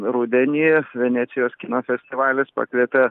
rudenį venecijos kino festivalis pakvietė